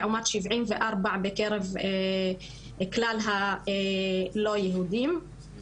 לעומת שבעים וארבעה בקרב כלל הלא יהודים.